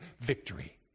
victory